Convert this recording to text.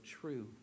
true